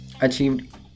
achieved